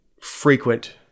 frequent